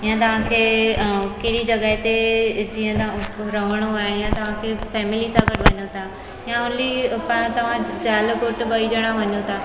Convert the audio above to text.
या तव्हांखे कहिड़ी जॻह ते जीअं तव्हांखे रहिणो आहे या तव्हांखे फ़ैमिली सां गॾु वञो था या ओन्ली पाणि तव्हां ज़ाल घोटु ॿई ॼणा वञो था